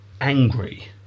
angry